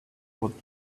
what